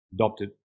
adopted